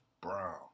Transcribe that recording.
Brown